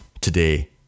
today